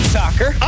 soccer